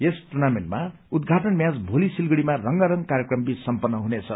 यस टुर्नामेन्टको उद्घाटन म्याच भोली सिलगढीमा रंगारंग कार्यक्रम बीच सम्पत्र हुनेछ